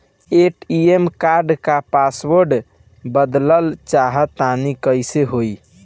ATM card क password बदलल चाहा तानि कइसे होई?